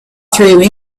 through